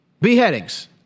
Beheadings